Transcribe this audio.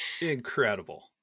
Incredible